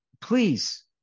Please